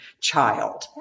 child